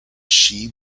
she